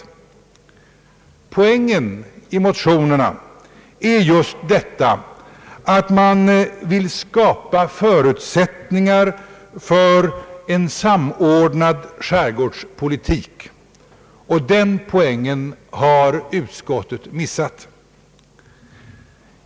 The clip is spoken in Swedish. Poängen i motionerna är just detta att man vill skapa förutsättningar för en samordnad skärgårdspolitik, och den poängen har utskottet missat.